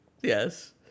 Yes